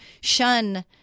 shun